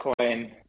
Bitcoin